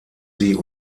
sie